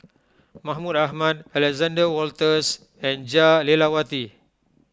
Mahmud Ahmad Alexander Wolters and Jah Lelawati